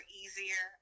easier